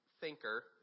thinker